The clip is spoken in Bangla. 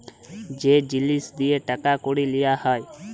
যে জিলিস দিঁয়ে টাকা কড়ি লিয়া হ্যয়